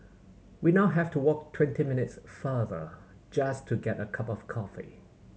we now have to walk twenty minutes farther just to get a cup of coffee